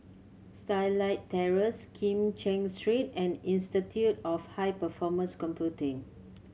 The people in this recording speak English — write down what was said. Starlight Terrace Kim Cheng Street and Institute of High Performance Computing